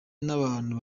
n’abantu